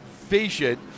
vision